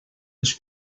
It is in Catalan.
els